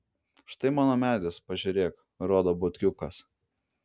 štai mano medis pažiūrėk rodo butkiukas